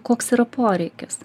koks yra poreikis